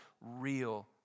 real